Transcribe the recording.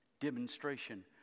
demonstration